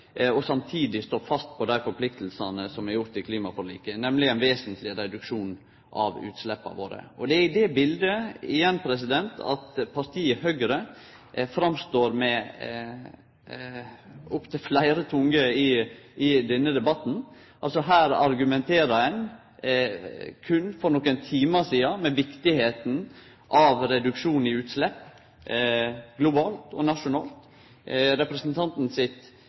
støtte samtidig som ein står fast på dei forpliktingane som er gjorde i klimaforliket, nemleg ein vesentleg reduksjon av utsleppa våre. Igjen: Det er i det biletet partiet Høgre står fram med opptil fleire tunger i denne debatten. Her argumenterte ein for berre nokre timar sidan for viktigheita av reduksjon i utslepp globalt og nasjonalt. Representanten Meling sitt